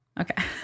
Okay